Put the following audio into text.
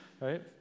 right